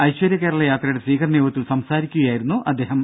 ഐശ്വര്യ കേരളയാത്രയുടെ സ്വീകരണ യോഗത്തിൽ സംസാരിക്കുകയായിരുന്നു അദേഹം